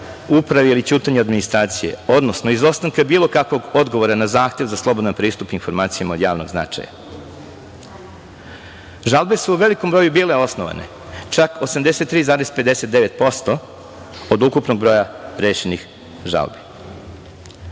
uprave ili ćutanja administracije, odnosno izostanka bilo kakvog odgovora na zahtev za slobodan pristup informacijama od javnog značaja. Žalbe su u velikom broju bile osnovane, čak 83,59% od ukupnog broja rešenih žalbi.